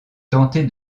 tenté